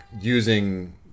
using